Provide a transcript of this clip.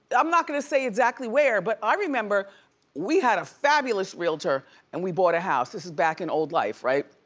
i'm not gonna say exactly where, but i remember we had a fabulous realtor and we bought a house. this was back in old life, right?